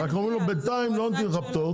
אבל אמרו לו: "בינתיים אנחנו לא נותנים לך פטור,